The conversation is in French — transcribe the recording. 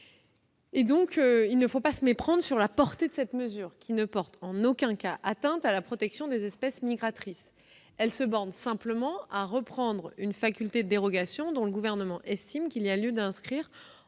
Il ne faut pas se méprendre sur la portée de cette mesure, qui ne porte en aucun cas atteinte à la protection des espèces migratrices. Elle se borne simplement à reprendre une faculté de dérogation dont le Gouvernement estime qu'il y a lieu de l'inscrire